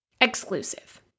exclusive